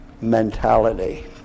mentality